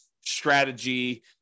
strategy